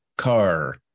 car